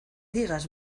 digas